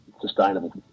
sustainable